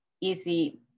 easy